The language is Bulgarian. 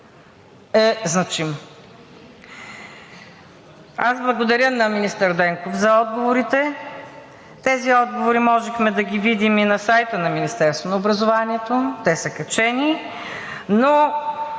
е значима. Аз благодаря на министър Денков за отговорите. Тези отговори можехме да видим и на сайта на Министерството на образованието, те са качени, но